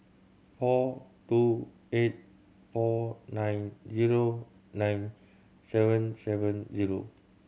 four two eight four nine zero nine seven seven zero